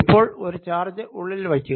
ഇപ്പോൾ ഒരു ചാർജ് ഉള്ളിൽ വയ്ക്കുക